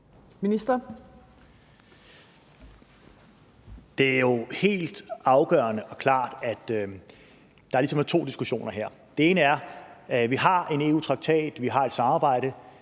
Det er jo helt afgørende og klart, at der ligesom er to diskussioner her. Det handler om, at vi har en EU-traktat, vi har et samarbejde,